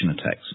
attacks